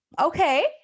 okay